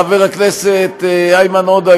חבר הכנסת איימן עודה,